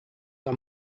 are